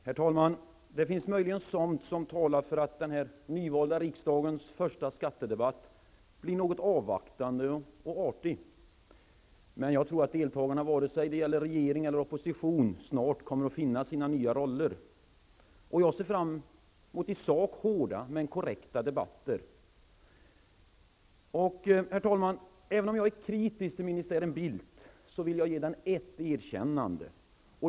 Herr talman! Det finns möjligen sådant som talar för att den nyvalda riksdagens första skattedebatt blir något avvaktande och artig. Men jag tror att deltagarna vare sig det gäller regering eller opposition mycket snart kommer att finna sina nya roller. Och jag ser fram mot korrekta men i sak hårda debatter. Herr talman! Även om jag är kritisk till ministären Bildt, vill jag ge den ett erkännande.